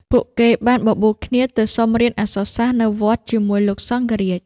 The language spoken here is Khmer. ពួកគេបានបបួលគ្នាទៅសុំរៀនអក្សរសាស្ត្រនៅវត្តជាមួយលោកសង្ឃរាជ។